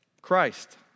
Christ